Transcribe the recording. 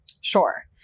Sure